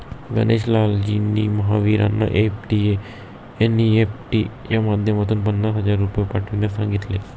गणेश लालजींनी महावीरांना एन.ई.एफ.टी च्या माध्यमातून पन्नास हजार रुपये पाठवण्यास सांगितले